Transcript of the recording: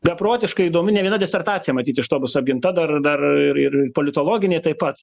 beprotiškai įdomi ne viena disertacija matyt iš to bus apginta dar dar ir ir politologinė taip pat